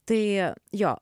tai jo